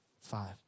five